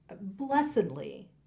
blessedly